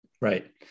Right